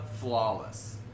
flawless